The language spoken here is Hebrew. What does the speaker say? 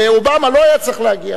ואובמה לא היה צריך להגיע,